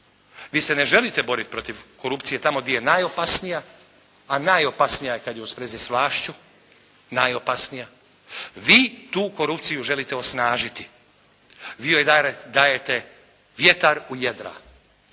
Vi se ne želite boriti protiv korupcije tamo gdje je najopasnija, a najopasnija je kad je u svezi s vlašću, najopasnija. Vi tu korupciju želite osnažiti, vi joj dajete vjetar u jedra.